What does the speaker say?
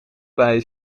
bij